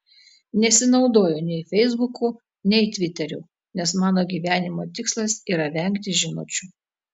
nesinaudoju nei feisbuku nei tviteriu nes mano gyvenimo tikslas yra vengti žinučių